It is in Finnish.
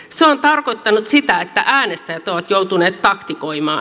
se on tarkoittanut sitä että äänestäjät ovat joutuneet taktikoimaan